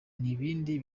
n’ibindi